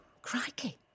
Crikey